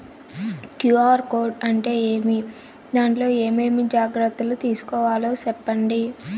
QR code అంటే ఏమి? దాంట్లో ఏ ఏమేమి జాగ్రత్తలు తీసుకోవాలో సెప్పండి?